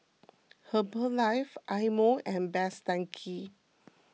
Herbalife Eye Mo and Best Denki